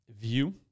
view